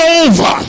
over